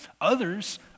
Others